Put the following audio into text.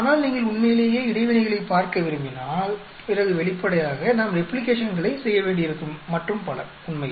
ஆனால் நீங்கள் உண்மையிலேயே இடைவினைகளைப் பார்க்க விரும்பினால் பிறகு வெளிப்படையாக நாம் ரெப்ளிகேஷன்களைச் செய்ய வேண்டியிருக்கும் மற்றும் பல உண்மையில்